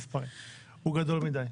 הוא גדול מידי.